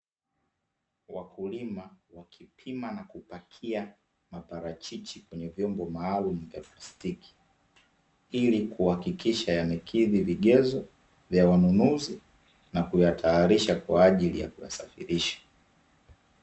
Wakulima wakipima na kupakia maparachichi kwenye vyombo maalumu vya plastiki ili kuhakikisha yamekidhi vigezo vya wanunuzi na kuyatayarisha kwa ajili ya kuyasafirisha.